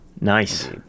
Nice